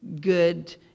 good